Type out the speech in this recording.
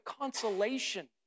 consolation